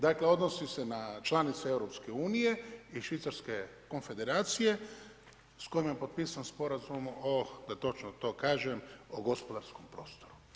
Dakle, odnosi se na članice EU i Švicarske konfederacije s kojima je potpisan Sporazum o da točno to kažem o gospodarskom prostoru.